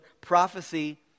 prophecy